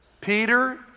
Peter